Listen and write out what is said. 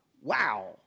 Wow